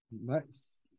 Nice